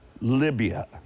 Libya